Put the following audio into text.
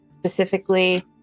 specifically